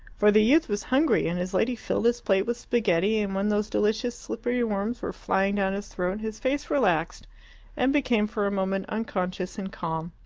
for the youth was hungry, and his lady filled his plate with spaghetti, and when those delicious slippery worms were flying down his throat, his face relaxed and became for a moment unconscious and calm.